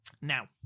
Now